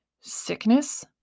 sickness